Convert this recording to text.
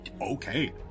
Okay